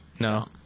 No